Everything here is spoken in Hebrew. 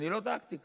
אני לא דאגתי כך.